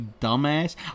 dumbass